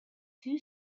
two